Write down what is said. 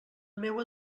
meua